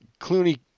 Clooney